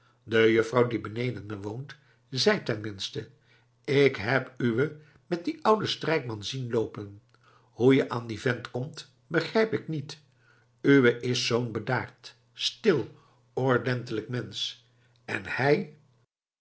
de juffrouw die beneden me woont zei ten minste ik heb uwé met dien ouwen strijkman zien loopen hoe je aan dien vent komt begrijp ik niet uwé is zoo'n bedaard stil ordentelijk mensch en hij